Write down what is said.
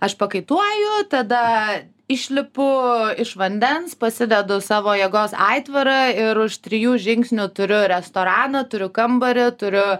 aš pakaituoju tada išlipu iš vandens pasidedu savo jėgos aitvarą ir už trijų žingsnių turiu restoraną turiu kambarį turiu